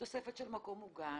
תוספת של מקום מוגן,